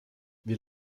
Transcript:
wir